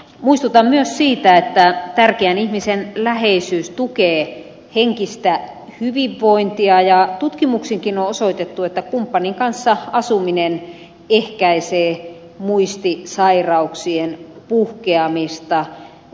muistutan myös siitä että tärkeän ihmisen läheisyys tukee henkistä hyvinvointia ja tutkimuksinkin on osoitettu että kumppanin kanssa asuminen ehkäisee muistisairauksien puhkeamista